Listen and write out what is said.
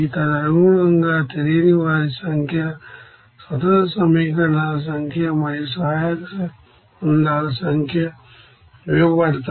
తదనుగుణంగా తెలియని వారి సంఖ్యఇండిపెండెంట్ ఈక్వేషన్స్ మరియు ఆక్సిలియరీ రిలేషన్స్ సంఖ్య ఇవ్వబడతాయి